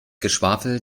geschwafel